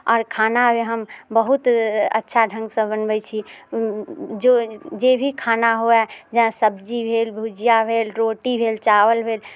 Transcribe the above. आओर खाना भी हम बहुत अच्छा ढङ्गसँ बनबै छी जो जे भी खाना हुए जेना सब्जी भेल भुजिआ भेल रोटी भेल चावल भेल